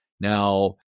Now